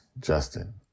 justin